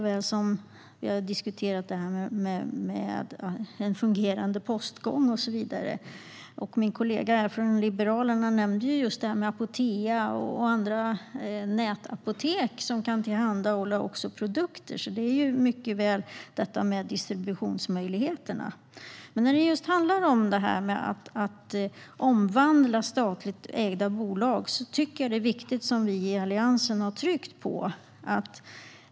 Vi har diskuterat detta med en fungerande postgång och så vidare. Och min kollega från Liberalerna nämnde Apotea och andra nätapotek som kan tillhandahålla produkter. Det handlar alltså mycket om distributionsmöjligheterna. Men när det gäller att omvandla statligt ägda bolag tycker jag att det som vi i Alliansen har tryckt på är viktigt.